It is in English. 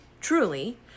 Truly